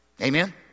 Amen